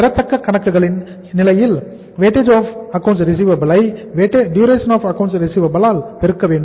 பெறத்தக்க கணக்குகளின் நிலையில் War ஐ Dar ஆல் பெருக்க வேண்டும்